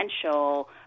potential